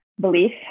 belief